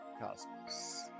cosmos